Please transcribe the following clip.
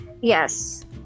Yes